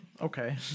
Okay